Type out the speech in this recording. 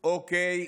אוקיי,